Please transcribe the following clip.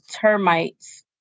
termites